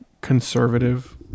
conservative